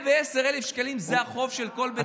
110,000 שקלים זה החוב של כל בן אדם,